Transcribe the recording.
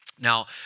Now